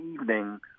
evening